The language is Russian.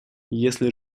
если